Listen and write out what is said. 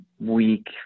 week